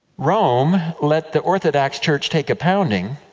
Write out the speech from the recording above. rome let the orthodox church take a pounding,